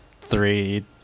three